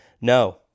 No